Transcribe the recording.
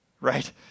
right